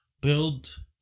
build